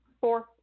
four